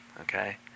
Okay